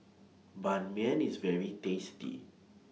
Ban Mian IS very tasty